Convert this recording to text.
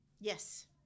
Yes